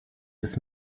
des